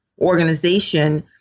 organization